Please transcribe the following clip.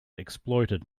exploited